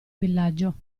villaggio